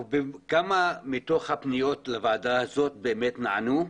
וכמה מתוך הפניות לוועדה הזאת באמת נענו?